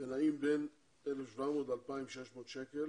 ונעים בין 1,700 ל-2,600 שקלים